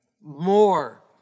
more